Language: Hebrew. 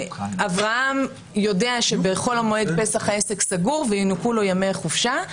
אברהם יודע שבחול המועד פסח העסק סגור וינוכו לו ימי חופשה,